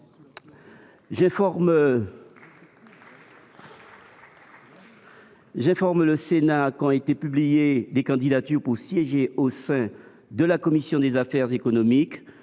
J’informe le Sénat qu’ont été publiées des candidatures pour siéger au sein de la commission des affaires économiques,